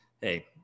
hey